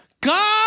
God